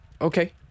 Okay